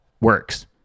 works